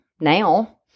Now